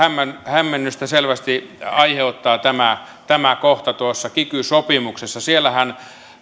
hämmennystä selvästi aiheuttaa tämä tämä kohta tuossa kiky sopimuksessa siellähän